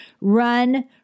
run